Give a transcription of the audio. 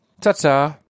Ta-ta